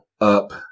up